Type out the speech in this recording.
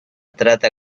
trata